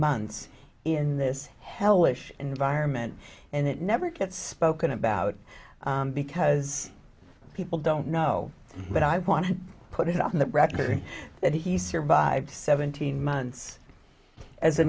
months in this hellish environment and it never gets spoken about because people don't know but i want to put it on the record that he survived seventeen months as a